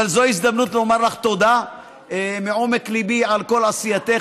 אבל זו הזדמנות לומר לך תודה מעומק ליבי על כל עשייתך.